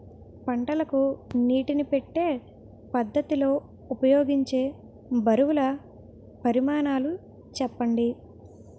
పంటలకు నీటినీ పెట్టే పద్ధతి లో ఉపయోగించే బరువుల పరిమాణాలు చెప్పండి?